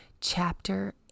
chapter